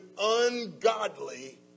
ungodly